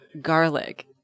garlic